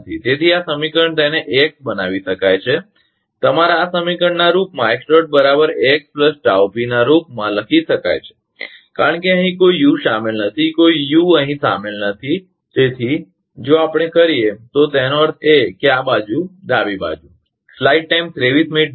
તેથી આ સમીકરણ તેને AX બનાવી શકાય છે તમારા આ સમીકરણના રૂપમાં Ẋ AX ᒥp ના રૂપમાં લખી શકાય છે કારણ કે અહીં કોઈ યુ શામેલ નથી કોઈ યુ અહીં સામેલ નથી તેથી જો આપણે કરીએ તો તેનો અર્થ એ કે આ બાજુ ડાબી બાજુ